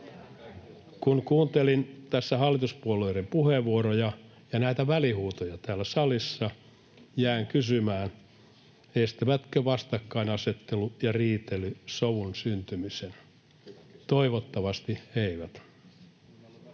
Kun kuuntelin tässä hallituspuolueiden puheenvuoroja ja näitä välihuutoja täällä salissa, jään kysymään, estävätkö vastakkainasettelu ja riitely sovun syntymisen — toivottavasti eivät.